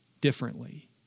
differently